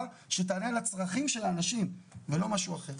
שתענה על הצרכים של האנשים ולא משהו אחר.